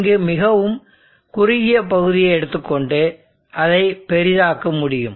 இங்கு மிகவும் குறுகிய பகுதியை எடுத்துக் கொண்டு அதைப் பெரிதாக்க முடியும்